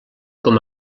com